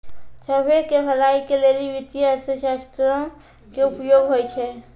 सभ्भे के भलाई के लेली वित्तीय अर्थशास्त्रो के उपयोग होय छै